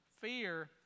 Fear